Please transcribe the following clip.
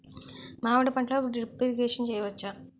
మామిడి పంటలో drip irrigation చేయచ్చా?